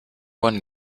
one